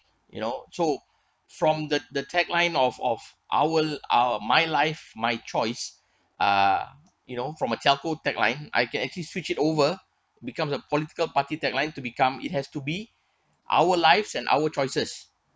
you know so from the the tagline of of our our my life my choice uh you know from a telco tagline I can actually switch it over becomes a political party tagline to become it has to be our lives and our choices